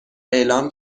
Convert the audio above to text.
اعلام